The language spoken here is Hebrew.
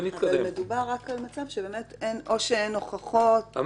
רק עכשיו מתנהל תיק במחוזי בדרום על-ידי רב